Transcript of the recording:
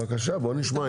בבקשה, בוא נשמע.